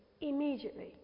immediately